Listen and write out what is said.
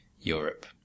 Europe